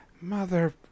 Mother